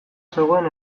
zegoen